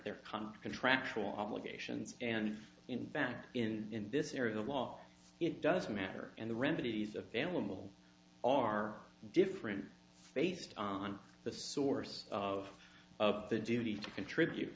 their contractual obligations and in fact in this area the law doesn't matter and the remedies available are different based on the source of of the duty to contribute